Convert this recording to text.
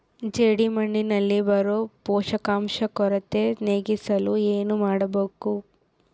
ಜೇಡಿಮಣ್ಣಿನಲ್ಲಿ ಬರೋ ಪೋಷಕಾಂಶ ಕೊರತೆ ನೇಗಿಸಲು ಏನು ಮಾಡಬೇಕರಿ?